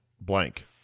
blank